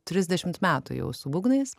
trisdešimt metų jau su būgnais